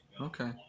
Okay